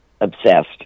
obsessed